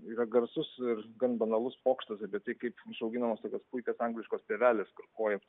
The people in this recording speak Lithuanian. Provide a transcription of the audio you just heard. yra garsus ir gan banalus pokštas apie tai kaip užauginamos tokios puikios angliškos pievelės kur kojom taip